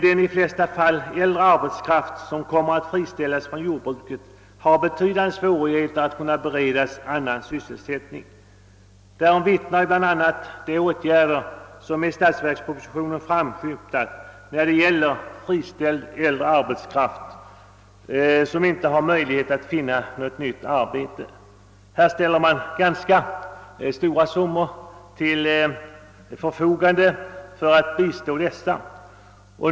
Den arbetskraft som kan komma att friställas från jordbruket — i de flesta fall är det fråga om äldre arbetskraft — får betydande svårigheter att erhålla annan sysselsättning. Därom vittnar bl.a. de åtgärder som i statsverkspropositionen framskymtat när det gäller friställd äldre arbetskraft som inte har möjlighet att få något arbete. Man ställer ganska stora summor till förfogande för att bistå dem.